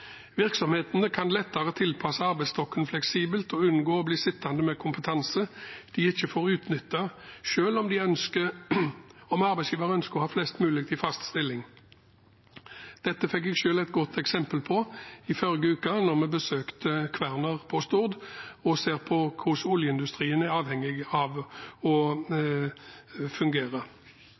Virksomhetene kan lettere tilpasse arbeidsstokken fleksibelt og unngå å bli sittende med kompetanse de ikke får utnyttet, selv om arbeidsgiveren ønsker å ha flest mulig i fast stilling. Dette fikk jeg selv et godt eksempel på i forrige uke da vi besøkte Kværner på Stord og så hvordan oljeindustrien er avhengig av innleie for å fungere.